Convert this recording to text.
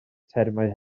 termau